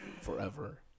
Forever